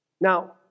Now